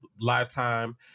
lifetime